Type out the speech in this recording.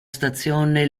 stazione